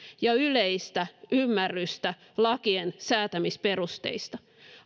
ja yleistä ymmärrystä lakien säätämisperusteista